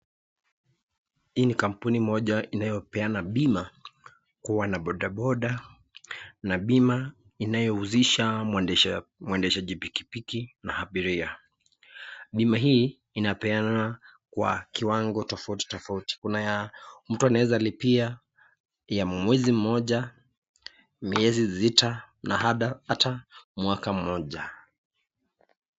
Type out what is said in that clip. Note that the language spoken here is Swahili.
Hii ni kampuni moja inayopeana bima kwa wana bodaboda na bima inayohusisha mwendesha pikipiki na abiria. Bima hii inapeanwa kwa kiwango tofauti tofauti kuna ya mtu anaweza lipia kwa mwezi moja, miezi sita na ata mwaka moja.